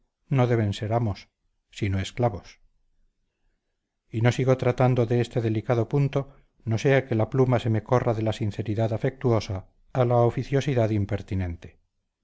no deben ser amos sino esclavos y no sigo tratando de este delicado punto no sea que la pluma se me corra de la sinceridad afectuosa a la oficiosidad impertinente